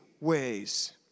ways